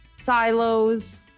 silos